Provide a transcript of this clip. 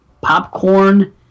Popcorn